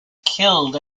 killed